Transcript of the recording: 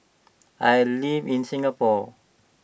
I live in Singapore